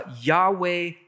Yahweh